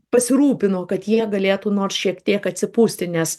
pasirūpino kad jie galėtų nors šiek tiek atsipūsti nes